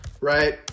right